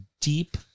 deep